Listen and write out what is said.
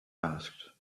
asked